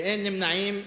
ואין נמנעים.